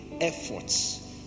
efforts